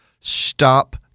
Stop